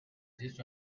gist